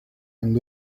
and